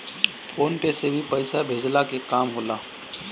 phone पे से भी पईसा भेजला के काम होला